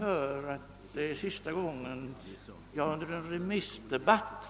Är det felaktigt?